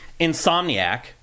Insomniac